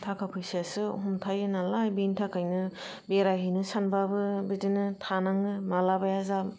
थाखा फैसायासो हमथायो नालाय बेनि थाखायनो बेरायहैनो सानबाबो बिदिनो थांनाङो मालाबाया जा